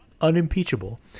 unimpeachable